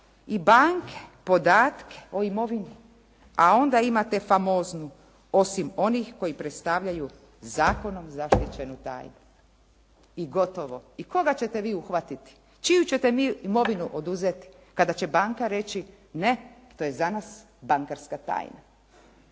i banke podatke o imovini. A onda imate famoznu, osim onih koji predstavljaju zakonom zaštićenu tajnu. I gotovo. I koga ćete vi uhvatiti? Čiju ćete imovinu oduzeti kada će banka reći, ne to je za nas bankarska tajna.